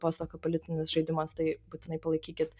postapokaliptinis žaidimas tai būtinai palaikykit